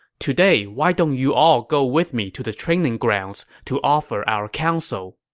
today, why don't you all go with me to the training grounds to offer our counsel?